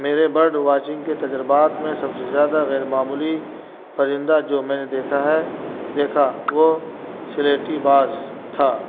میرے bird watching کے تجربات میں سب سے زیادہ غیرممولی پرندہ جو میں نے دیکھا ہے دیکھا وہ سلیٹی باز تھا